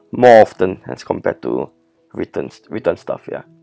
more often as compared to writtens written stuff ya